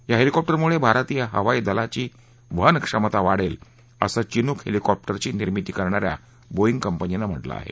या हेलिकॉप्टरमुळे भारतीय हवाई दलाची वहन क्षमता वाढेल असं धिनुक हेलीकॉप्टरांची निर्मिती करणाऱ्या बोइंग कंपनीने म्हटले आहे